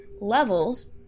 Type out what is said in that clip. levels